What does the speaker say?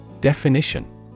Definition